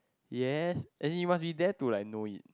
yes as in you must be there to like know it